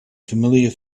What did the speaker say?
familiar